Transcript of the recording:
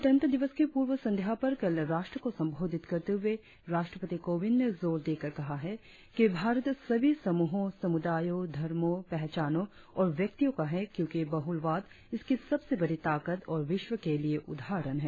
गणतंत्र दिवस की पूर्व संध्या पर कल राष्ट्र को संबोधित करते हुए राष्ट्रपति कोविंद ने जोर देकर कहा है कि भारत सभी समूहों समुदायो धर्मो पहचानों और व्यक्तियों का है क्योंकि बहुलवाद इसकी सबसे बड़ी ताकत और विष्व के लिए उदाहरण है